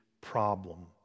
problem